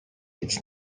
its